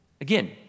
Again